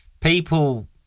people